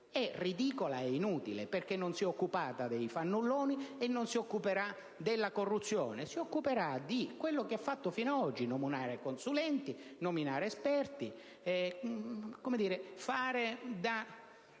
è ridicola ed inutile perché non si è occupata dei fannulloni e non si occuperà della corruzione. Si occuperà di quello che ha fatto fino ad oggi: nominare consulenti, esperti e fare da